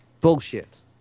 Bullshit